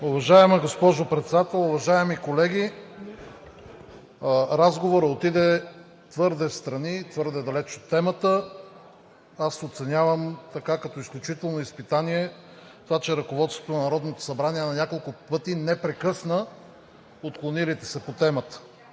Уважаема госпожо Председател, уважаеми колеги! Разговорът отиде твърде встрани и твърде далеч от темата. Аз оценявам като изключително изпитание, това че ръководството на Народното събрание на няколко пъти не прекъсна отклонилите се по темата.